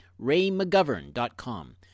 raymcgovern.com